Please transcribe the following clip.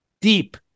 deep